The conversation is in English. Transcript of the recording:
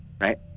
right